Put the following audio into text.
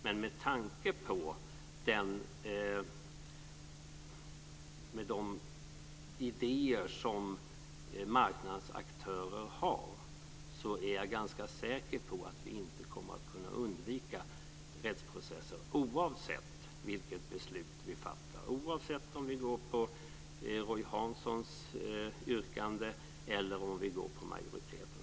Men med tanke på de idéer som marknadsaktörer har är jag ganska säker på att vi inte kommer att kunna undvika rättsprocesser, oavsett vilket beslut vi fattar, oavsett om vi går på Roy Hanssons yrkande eller på majoritetens förslag.